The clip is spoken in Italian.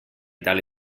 tale